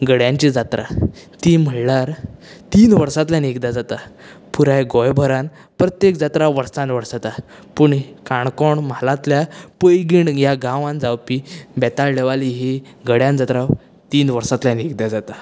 गड्यांची जात्रा ती म्हणल्यार तीन वर्सांतल्यान एकदां जाता पुराय गोंयभरांत प्रत्येक जात्रा वर्सान वर्स जाता पूण काणकोण म्हालांतल्या पैंगीण ह्या गांवांत जावपी बेताळ देवाली ही गड्यां जात्रा तीन वर्सांतल्यान एकदां जाता